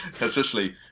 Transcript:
Essentially